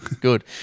good